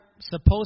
supposed